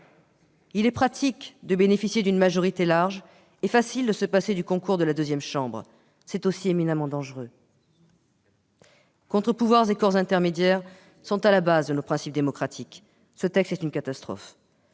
Il est pratique de bénéficier d'une majorité large et facile de se passer du concours de la deuxième chambre ; c'est aussi éminemment dangereux. Contre-pouvoirs et corps intermédiaires sont à la base de nos principes démocratiques. Ce texte est une catastrophe.